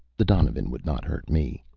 the donovan would not hurt me.